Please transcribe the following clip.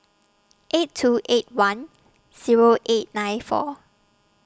eight two eight one Zero eight nine four